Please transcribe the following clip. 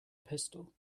pistol